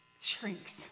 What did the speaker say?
shrinks